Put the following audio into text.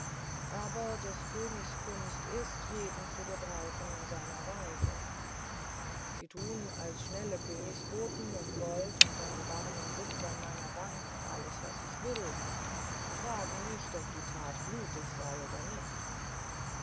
aber des königs kunst ist jeden zu gebrauchen in seiner weise sie tun als schnelle königsboten um gold und einen warmen sitz an meiner bank alles was ich will und fragen nicht ob die tat blutig sei oder nicht